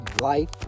life